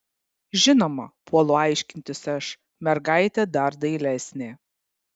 žinoma puolu aiškintis aš mergaitė dar dailesnė